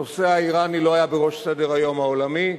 הנושא האירני לא היה בראש סדר-היום העולמי,